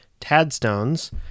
Tadstones